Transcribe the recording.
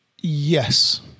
Yes